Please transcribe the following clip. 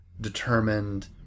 determined